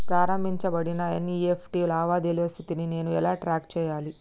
ప్రారంభించబడిన ఎన్.ఇ.ఎఫ్.టి లావాదేవీల స్థితిని నేను ఎలా ట్రాక్ చేయాలి?